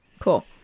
Cool